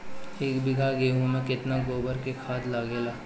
एक बीगहा गेहूं में केतना गोबर के खाद लागेला?